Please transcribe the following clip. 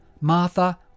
Martha